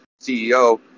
CEO